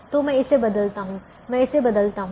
तो मैं इसे बदलता हूं मैं इसे बदलता हूं